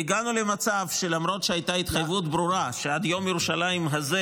והגענו למצב שלמרות שהייתה התחייבות ברורה שעד יום ירושלים הזה,